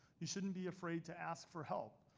you shouldn't be afraid to ask for help.